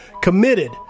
committed